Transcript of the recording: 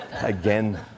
again